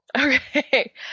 Okay